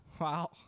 Wow